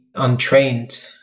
untrained